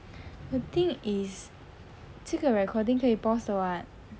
the thing is 这个 recording 可以 pause 的 [what]